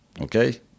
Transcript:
okay